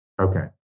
Okay